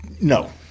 no